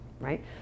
right